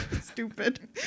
stupid